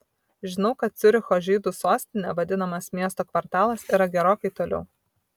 žinau kad ciuricho žydų sostine vadinamas miesto kvartalas yra gerokai toliau